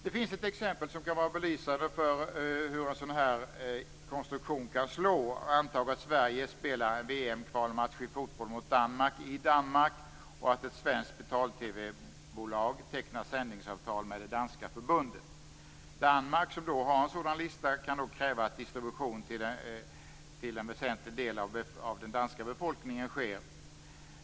Det finns ett exempel som kan vara belysande för hur en sådan konstruktion kan slå. Antag att Sverige spelar en VM-kvalmatch i fotboll mot Danmark i Danmark och att ett svenskt betal-TV-bolag tecknar sändningsavtal med det danska förbundet. Danmark, som har en sådan lista, kan då kräva distribution till en väsentlig del av den danska befolkningen.